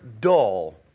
dull